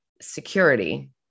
security